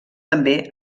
també